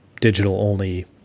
digital-only